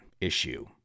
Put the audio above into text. Issue